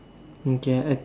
okay I